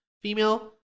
female